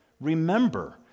remember